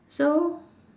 so